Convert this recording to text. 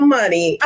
money